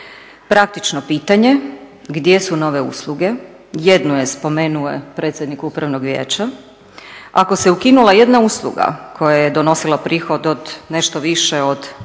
Praktično pitanje, gdje su nove usluge? Jednu je spomenuo predsjednik Upravnog vijeća. Ako se ukinula jedna usluga koja je donosila prihod od nešto više od milijun